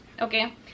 okay